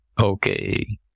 Okay